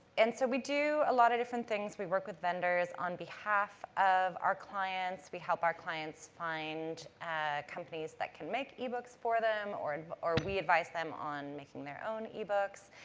and so, we do a lot of different things. we work with vendors on behalf of our clients. we help our clients find companies that can make ebooks for them, or and or we advise them on making their own ebooks.